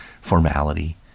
formality